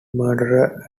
murderer